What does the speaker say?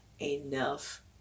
enough